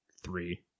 Three